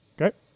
Okay